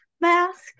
mask